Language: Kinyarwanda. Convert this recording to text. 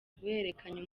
guhererekanya